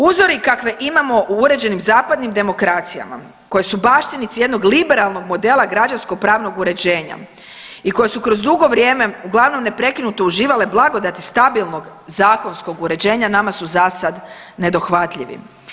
Uzori kakve imamo u uređenim zapadnim demokracijama koje su baštinici jednog liberalnog modela građansko pravnog uređenja i koje su kroz dugo vrijeme uglavnom neprekinuto uživale blagodati stabilnog zakonskog uređenja nama su zasad nedohvatljivi.